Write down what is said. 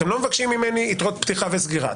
אתם לא מבקשים ממני יתרות פיחה וסגירה,